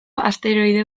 asteroide